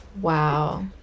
Wow